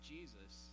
Jesus